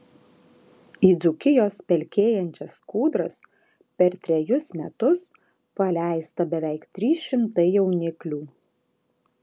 į dzūkijos pelkėjančias kūdras per trejus metus paleista beveik trys šimtai jauniklių